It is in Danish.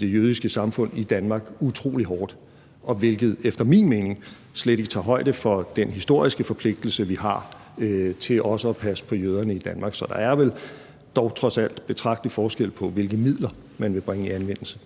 det jødiske samfund i Danmark utrolig hårdt, og hvilket efter min mening slet ikke tager højde for den historiske forpligtelse, vi har, til også at passe på jøderne i Danmark. Så der er vel dog trods alt betragtelig forskel på, hvilke midler man vil bringe i anvendelse.